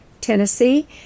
Tennessee